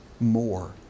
more